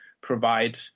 provide